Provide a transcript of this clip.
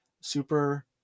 super